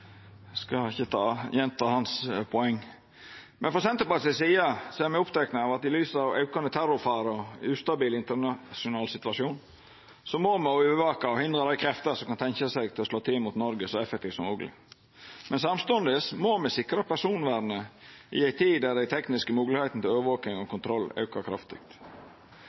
skal ikkje gjenta hans poeng. Frå Senterpartiet si side er me opptekne av at i lys av aukande terrorfare og ein ustabil internasjonal situasjon må me så effektivt som mogleg overvaka og hindra krefter som kan tenkja seg å slå til mot Noreg. Samstundes må me sikra personvernet i ei tid då dei tekniske moglegheitene til overvaking og kontroll aukar kraftig.